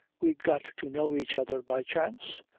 we got to know each other by chance?